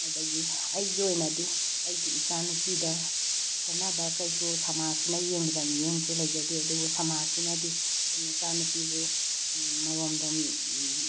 ꯑꯗꯒꯤ ꯑꯩꯒꯤ ꯑꯣꯏꯅꯗꯤ ꯑꯩꯒꯤ ꯏꯆꯥ ꯅꯨꯄꯤꯗ ꯈꯦꯠꯅꯕ ꯀꯩꯁꯨ ꯁꯃꯥꯖꯁꯤꯅ ꯌꯦꯡꯂꯤꯕ ꯃꯤꯠꯌꯦꯡꯁꯦ ꯂꯩꯖꯗꯦ ꯑꯗꯨꯕꯨ ꯁꯃꯥꯖꯁꯤꯅꯗꯤ ꯑꯦ ꯃꯆꯥ ꯅꯨꯄꯤꯕꯨ ꯃꯔꯣꯝꯗꯣꯝ